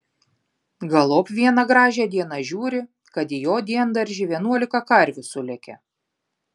galop vieną gražią dieną žiūri kad į jo diendaržį vienuolika karvių sulėkė